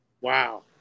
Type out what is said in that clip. Wow